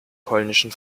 polnischen